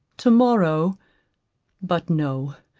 to-morrow but no,